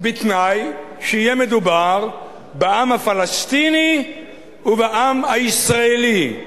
בתנאי שיהיה מדובר בעם הפלסטיני ובעם הישראלי,